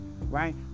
right